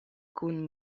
kun